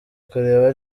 kureba